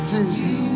Jesus